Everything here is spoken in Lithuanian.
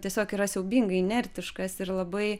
tiesiog yra siaubingai inertiškas ir labai